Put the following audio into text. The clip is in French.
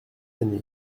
année